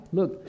look